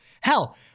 Hell